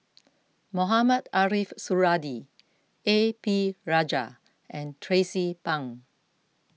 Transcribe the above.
Mohamed Ariff Suradi A P Rajah and Tracie Pang